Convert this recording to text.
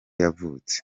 yavutse